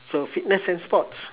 so fitness and sports